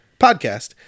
Podcast